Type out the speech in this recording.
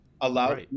allow